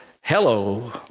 hello